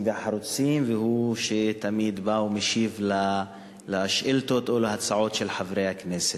והחרוצים והוא זה שתמיד בא ומשיב על שאילתות או על הצעות של חברי הכנסת.